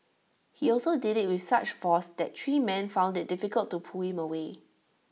he also did IT with such force that three men found IT difficult to pull him away